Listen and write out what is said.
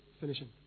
finishing